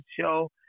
show